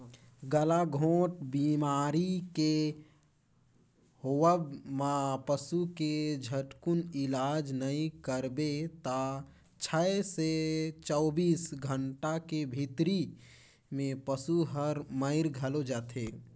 गलाघोंट बेमारी के होवब म पसू के झटकुन इलाज नई कराबे त छै से चौबीस घंटा के भीतरी में पसु हर मइर घलो जाथे